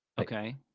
Okay